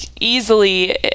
easily